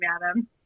madam